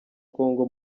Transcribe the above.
congo